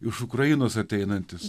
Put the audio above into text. iš ukrainos ateinantis